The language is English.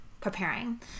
preparing